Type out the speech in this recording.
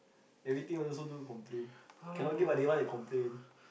everything also do complain cannot get what they want they complain